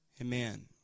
Amen